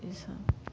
इसब